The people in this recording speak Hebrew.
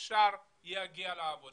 שמקושר ורק